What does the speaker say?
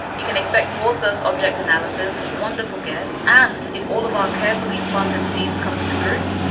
you can expect more us object analysis, wonderful guests. and if all of our carefully planted seeds comes to fruit,